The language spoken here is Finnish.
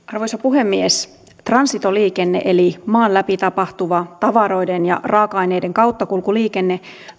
arvoisa puhemies transitoliikenne eli maan läpi tapahtuva tavaroiden ja raaka aineiden kauttakulkuliikenne